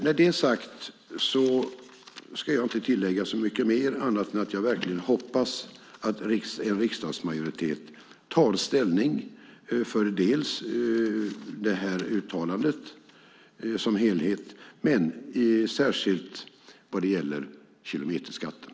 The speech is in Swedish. Med det sagt ska jag inte tillägga så mycket mer annat än att jag verkligen hoppas att en riksdagsmajoritet tar ställning för uttalandet som helhet och särskilt vad gäller kilometerskatten.